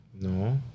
No